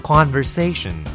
Conversation